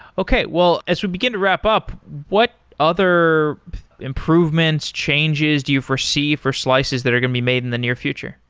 okay, well as we begin to wrap-up, what other improvements, changes do you foresee for slices that are going to be made in the near future?